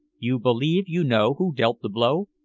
you believe you know who dealt the blow?